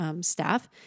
Staff